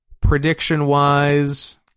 prediction-wise